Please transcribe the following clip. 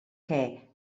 que